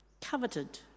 coveted